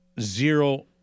zero